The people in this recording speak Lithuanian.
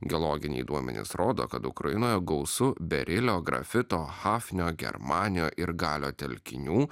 geologiniai duomenys rodo kad ukrainoje gausu berilio grafito hafnio germanio ir galio telkinių